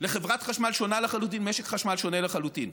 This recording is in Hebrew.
לחברת חשמל שונה לחלוטין ומשק חשמל שונה לחלוטין.